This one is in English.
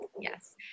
Yes